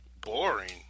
boring